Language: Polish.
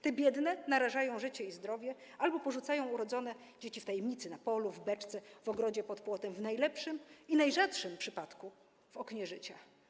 Te biedne narażają życie i zdrowie albo porzucają urodzone dzieci w tajemnicy na polu, w beczce, w ogrodzie, pod płotem, w najlepszym i najrzadszym przypadku w oknie życia.